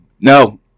No